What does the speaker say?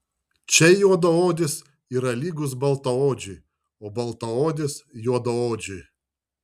čia juodaodis yra lygus baltaodžiui o baltaodis juodaodžiui